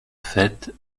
faite